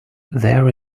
there